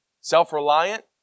self-reliant